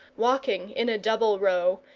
walking in a double row,